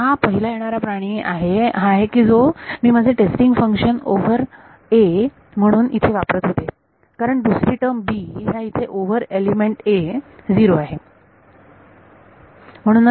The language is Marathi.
तर हा पहिला येणारा प्राणी हा आहे की जो मी माझे टेस्टिंग फंक्शन ओव्हर a म्हणून इथे वापरत होते कारण दुसरी टर्म b ह्या इथे ओव्हर एलिमेंट a 0 आहे